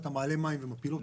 אתה מעלה מים ומפיל אותם,